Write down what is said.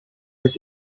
but